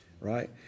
right